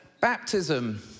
baptism